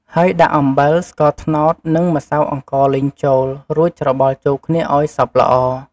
ហើយ ដាក់ អំបិល ស្ករត្នោត និង ម្សៅអង្ករលីង ចូល រួចច្របល់ចូលគ្នាឱ្យសព្វល្អ។